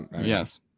Yes